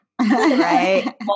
Right